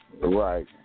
Right